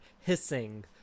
hissing